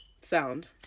sound